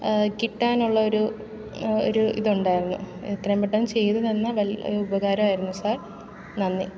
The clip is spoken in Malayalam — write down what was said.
കിട്ടാനുള്ളൊരു ഒരു ഇതുണ്ടായിരുന്നു എത്രയും പെട്ടെന്ന് ചെയ്തുതന്നാൽ വലിയ ഉപകാരമായിരുന്നു സാർ നന്ദി